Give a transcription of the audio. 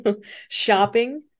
shopping